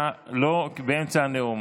בבקשה, לא באמצע הנאום.